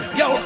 yo